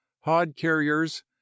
hod-carriers